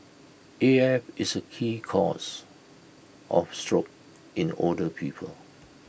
A F is A key cause of stroke in older people